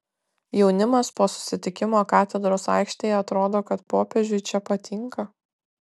jaunimas po susitikimo katedros aikštėje atrodo kad popiežiui čia patinka